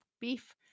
beef